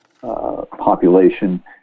population